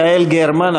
יעל גרמן,